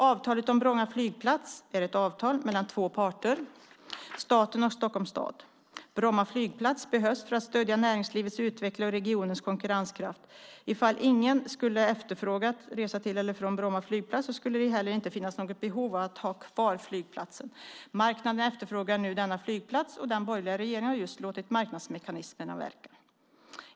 Avtalet om Bromma flygplats är ett avtal mellan två parter, staten och Stockholms stad. Bromma flygplats behövs för att stödja näringslivets utveckling och regionens konkurrenskraft. Ifall ingen skulle efterfråga att resa till eller från Bromma flygplats skulle det inte finnas något behov att ha kvar flygplatsen. Marknaden efterfrågar nu denna flygplats, och den borgerliga regeringen har just låtit marknadsmekanismerna verka.